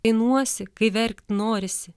ainuosi kai verkt norisi